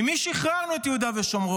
ממי שחררנו את יהודה ושומרון?